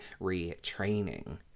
retraining